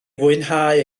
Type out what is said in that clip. fwynhau